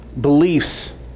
beliefs